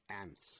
ants